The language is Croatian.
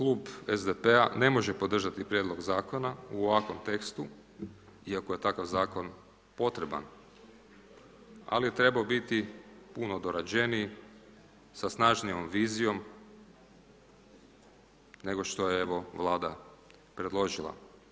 I na kraju klub SDP-a ne može podržati prijedlog zakona u ovakvom tekstu, iako je takav zakon potreban, ali je trebao biti puno dorađeniji sa snažnijom vizijom, nego što evo vlada predložila.